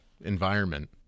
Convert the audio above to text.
environment